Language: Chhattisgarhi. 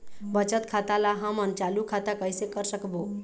बचत खाता ला हमन चालू खाता कइसे कर सकबो?